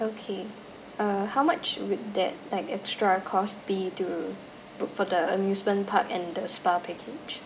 okay uh how much will that like extra cost me to book for the amusement park and the spa package